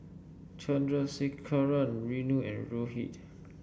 Chandrasekaran Renu and Rohit